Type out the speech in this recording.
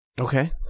Okay